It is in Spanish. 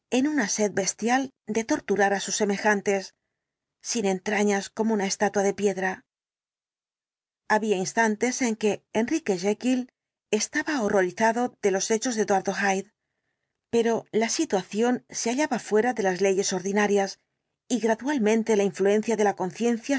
en una sed bestial de torturar á sus semejantes sin entrañas como una estatua de piedra había instantes en que enrique jekyll estaba horrorizado de los hechos de eduardo hyde pero la situación se hallaba fuera de las leyes ordinarias y gradualmente la influencia de la conciencia